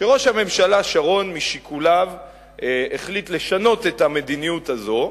כשראש הממשלה שרון משיקוליו החליט לשנות את המדיניות הזאת,